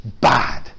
bad